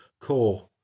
core